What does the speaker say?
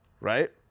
right